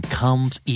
comes